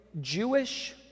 Jewish